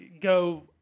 Go